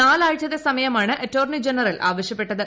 നാലാഴ്ചത്തെ സമയമാണ് attorney general ആവ്ശ്യപ്പെട്ടത്